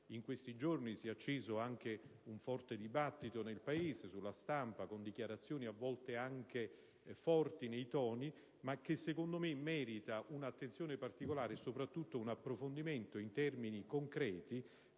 in questi giorni si è acceso anche un forte dibattito nel Paese e sulla stampa, con dichiarazioni talvolta anche forti nei toni, ma che - a mio avviso - merita un'attenzione particolare e soprattutto un approfondimento in termini concreti